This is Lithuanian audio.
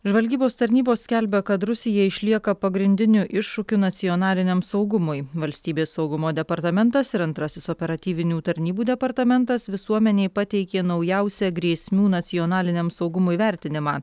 žvalgybos tarnybos skelbia kad rusija išlieka pagrindiniu iššūkiu nacionaliniam saugumui valstybės saugumo departamentas ir antrasis operatyvinių tarnybų departamentas visuomenei pateikė naujausią grėsmių nacionaliniam saugumui vertinimą